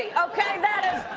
ah okay? that is